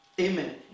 Amen